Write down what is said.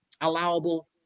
allowable